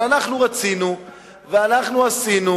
אבל אנחנו רצינו ואנחנו עשינו,